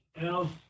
El